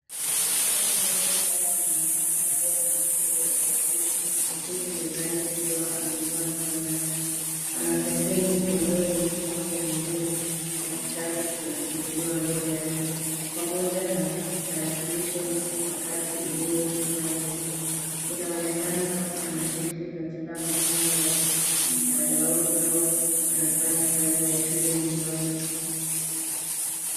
Msichana mdogo ambaye anaonekana kuwa na asili ya kiafrika ameketi mezani akiwa ameinua mikono wake. Ana penseli mkononi mwake mwingine na kitabu kimefunguliwa mbele yake pamoja na tarakilishi mpakato iliyo upande. Inaonekana kama anashiriki katika masomo ya mtandaoni au anafanya kazi ya shule nyumbani.